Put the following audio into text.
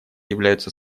являются